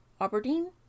Aberdeen